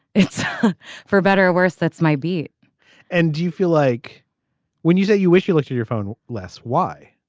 it's for better or worse. that's my beat and do you feel like when you say you wish you looked at your phone less why